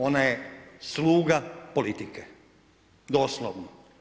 Ona je sluga politike, doslovno.